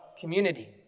community